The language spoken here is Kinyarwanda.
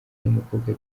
n’umukobwa